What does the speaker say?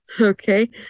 Okay